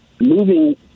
moving